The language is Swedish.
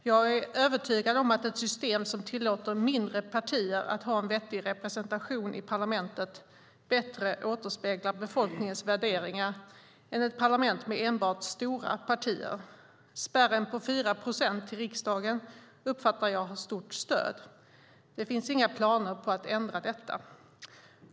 Jag är övertygad om att ett system som tillåter mindre partier att ha representation i parlamentet bättre återspeglar befolkningens värderingar än ett parlament med enbart stora partier. Spärren på 4 procent till riksdagen uppfattar jag har stort stöd. Det finns inga planer på att ändra detta.